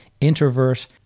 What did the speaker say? introvert